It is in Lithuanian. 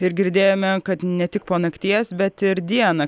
ir girdėjome kad ne tik po nakties bet ir dieną